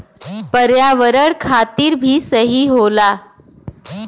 पर्यावरण खातिर भी सही होला